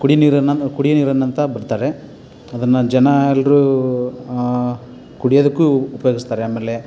ಕುಡಿ ನೀರನ್ನು ಕುಡಿಯೋ ನೀರನ್ನಂತ ಬಿಡ್ತಾರೆ ಅದನ್ನು ಜನ ಎಲ್ಲರೂ ಕುಡಿಯೋದಕ್ಕೂ ಉಪಯೋಗಿಸ್ತಾರೆ ಆಮೇಲೆ